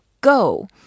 go